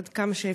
עד כמה שאפשר?